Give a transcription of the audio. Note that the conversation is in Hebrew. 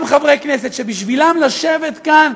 גם חברי כנסת שבשבילם לשבת כאן,